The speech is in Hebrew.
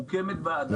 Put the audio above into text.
מוקמת ועדה,